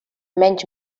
menys